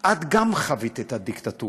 גם את חווית את הדיקטטורה.